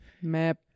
map